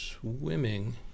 swimming